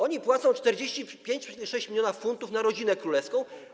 Oni płacą 45,6 mln funtów na rodzinę królewską.